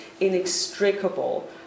inextricable